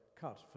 cut